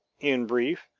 in brief,